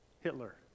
Hitler